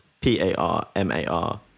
P-A-R-M-A-R